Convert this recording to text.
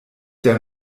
der